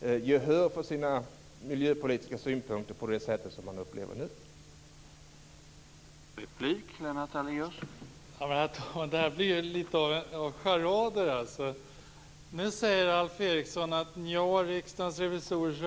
gehör för sina miljöpolitiska synpunkter på det sätt som han nu upplever att han får.